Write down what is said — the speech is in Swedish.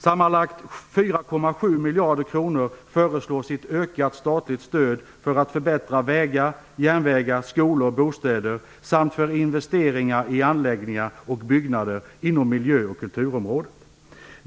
Sammanlagt drygt 4,7 miljarder kronor föreslås i ökat statligt stöd för att förbättra vägar, järnvägar, skolor och bostäder samt för investeringar i anläggningar och byggnader inom miljö och kulturområdet.